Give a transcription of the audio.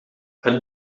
het